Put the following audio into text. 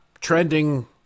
trending